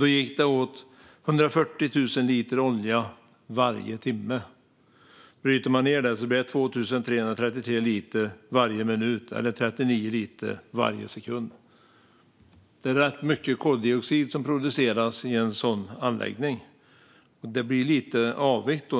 sättet. Det gick åt 140 000 liter olja varje timme. Bryter man ned det blir det 2 333 liter varje minut eller 39 liter varje sekund. Det produceras ganska mycket koldioxid i en sådan anläggning.